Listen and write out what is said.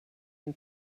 and